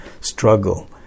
struggle